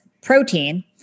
protein